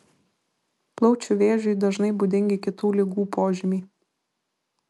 plaučių vėžiui dažnai būdingi kitų ligų požymiai